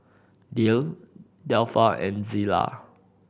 Dayle Delpha and Zela